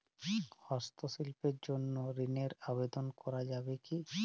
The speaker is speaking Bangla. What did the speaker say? হস্তশিল্পের জন্য ঋনের আবেদন করা যাবে কি?